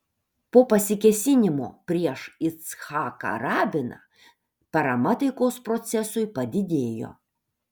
po pasikėsinimo prieš icchaką rabiną parama taikos procesui padidėjo